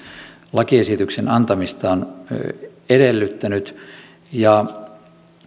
lakiesityksen antamista on edellyttänyt ja